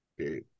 Okay